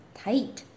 tight